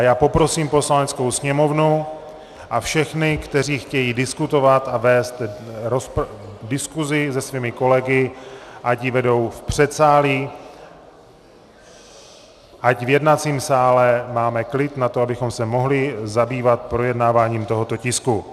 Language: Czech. A poprosím Poslaneckou sněmovnu a všechny, kteří chtějí diskutovat a vést diskuzi se svými kolegy, ať ji vedou v předsálí, ať v jednacím sále máme klid na to, abychom se mohli zabývat projednáváním tohoto tisku.